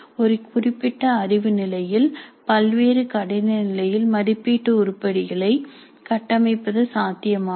ஒரு குறிப்பிட்ட அறிவு நிலையில் பல்வேறு கடின நிலையில் மதிப்பீட்டு உருப்படிகளை கட்டமைப்பது சாத்தியமாகும்